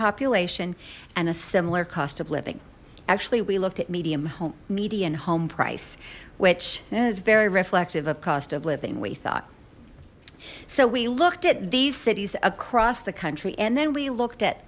population and a similar cost of living actually we looked at medium home median home price which is very reflective of cost of living we thought so we looked at these cities across the country and then we looked at